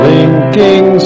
Linking